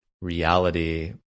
reality